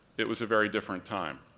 it was a very different time.